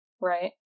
Right